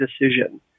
decision